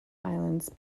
islands